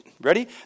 Ready